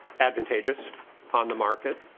advantageous on the market